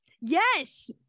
yes